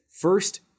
first